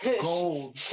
Gold